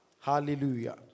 Hallelujah